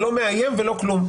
לא מאיים ולא כלום,